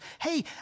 Hey